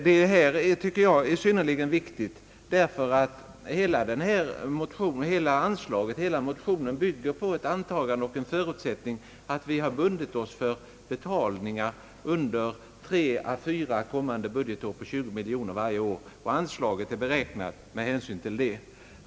Jag tycker att detta är synnerligen viktigt, därför att motionen bygger på ett antagande att vi har bundit oss för betalningar under tre å fyra kommande budgetår på 20 miljoner kronor för varje år och att anslaget är beräknat med hänsyn till det.